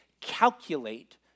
calculate